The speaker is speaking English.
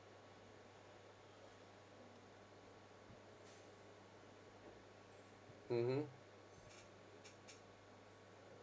mmhmm